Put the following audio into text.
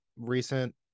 recent